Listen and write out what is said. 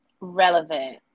Relevant